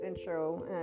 intro